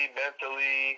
mentally